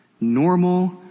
normal